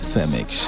Femix